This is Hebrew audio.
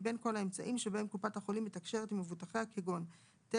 מבין כל האמצעים שבהם קופת חולים מתקשרת עם מבוטחיה כגון טלפון,